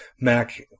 Mac